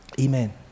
Amen